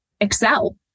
excel